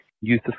youth